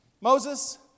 Moses